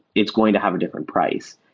it's going to have a different price.